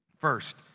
First